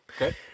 Okay